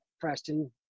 Preston